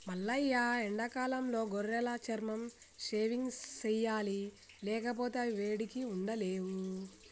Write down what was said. మల్లయ్య ఎండాకాలంలో గొర్రెల చర్మం షేవింగ్ సెయ్యాలి లేకపోతే అవి వేడికి ఉండలేవు